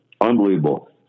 Unbelievable